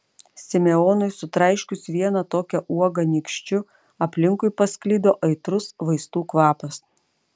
simeonui sutraiškius vieną tokią uogą nykščiu aplinkui pasklido aitrus vaistų kvapas